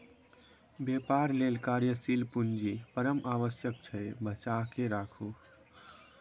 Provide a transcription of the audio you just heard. बेपार लेल कार्यशील पूंजी परम आवश्यक छै बचाकेँ राखू